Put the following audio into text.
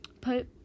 put